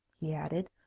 he added.